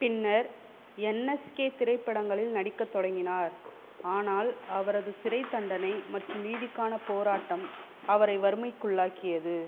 பின்னர் N S K திரைப்படங்களில் நடிக்கத் தொடங்கினார் ஆனால் அவரது சிறைத் தண்டனை மற்றும் நீதிக்கானப் போராட்டம் அவரை வறுமைக்குள்ளாக்கியது